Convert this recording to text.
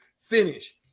finish